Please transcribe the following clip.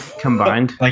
combined